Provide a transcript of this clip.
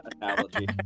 analogy